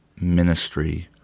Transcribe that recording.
ministry—